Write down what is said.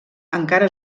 encara